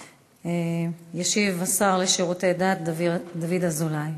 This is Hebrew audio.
ישיב השר לשירותי דת דוד אזולאי,